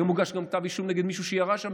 והיום הוגש גם כתב אישום נגד מישהו שירה שם,